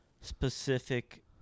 specific